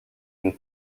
une